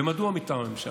ומדוע מטעם הממשלה?